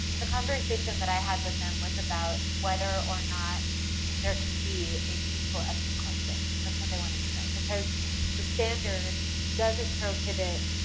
the conversation that i had with them was about whether or not there can be a peaceful ethnic cleansing. that's what they wanted to know. because the standard doesn't prohibit